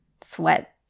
sweat